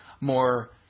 more